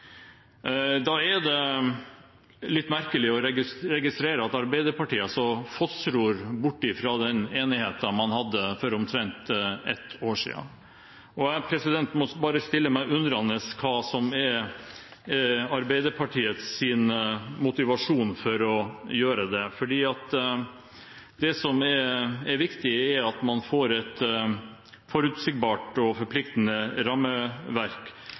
Da er det litt merkelig å registrere at Arbeiderpartiet fossror bort fra den enigheten man hadde for omtrent ett år siden. Jeg må bare stille meg undrende til hva som er Arbeiderpartiets motivasjon for å gjøre det. For det som er viktig, er at man får et forutsigbart og forpliktende rammeverk